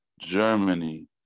Germany